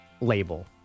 label